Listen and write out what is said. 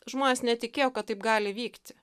žmonės netikėjo kad taip gali vykti